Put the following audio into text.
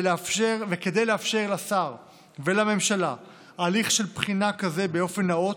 כדי לאפשר לשר ולממשלה הליך של בחינה כזה באופן נאות,